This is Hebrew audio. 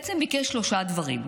בעצם ביקש שלושה דברים: